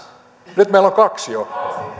nyt meillä on jo